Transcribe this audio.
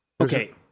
okay